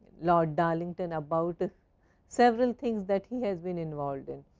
lord darlington about several things that he has been involved in.